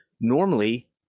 Normally